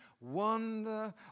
wonder